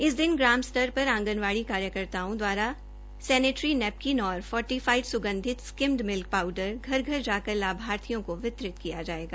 इस दिन ग्राम स्तर पर आंगनबाड़ी कार्यकर्ताओं द्वारा सैनिटरी नेपकिन और फोर्टिफाइड सुगंधित स्किम्ड मिल्क पाउडर घर घर जाकर लाभार्थियों को वितरित किया जायेगा